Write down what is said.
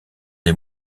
des